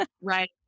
Right